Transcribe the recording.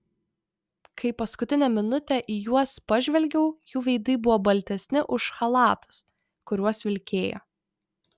kai paskutinę minutę į juos pažvelgiau jų veidai buvo baltesni už chalatus kuriuos vilkėjo